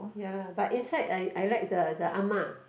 ya lah but inside I I like the the Ah-Ma